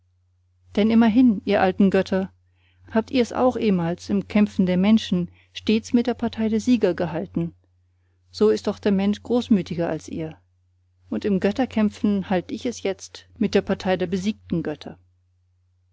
denn immerhin ihr alten götter habt ihr's auch ehmals im kämpfen der menschen stets mit der partei der sieger gehalten so ist doch der mensch großmütger als ihr und im götterkämpfen halt ich es jetzt mit der partei der besiegten götter